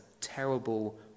terrible